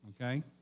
okay